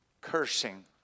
Cursing